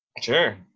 Sure